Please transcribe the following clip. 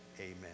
amen